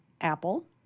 Apple